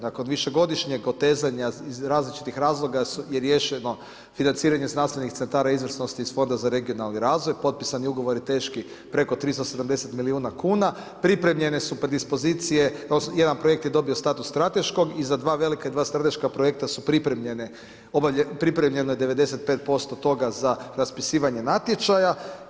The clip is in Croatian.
Nakon višegodišnjeg otezanja iz različitih razloga je riješeno financiranje znanstvenih centara izvrsnosti iz Fonda za regionalni razvoj, potpisan je ugovori teški preko 370 milijuna kuna, pripremljene su predispozicije jedan projekt je dobio status strateškog i za dva velika i dva strateška projekta su pripremljene 95% toga za raspisivanje natječaja.